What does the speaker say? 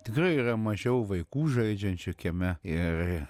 tikrai yra mažiau vaikų žaidžiančių kieme ir